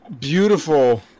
beautiful